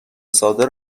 ساده